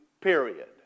period